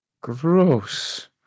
Gross